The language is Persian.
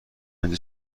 اینجا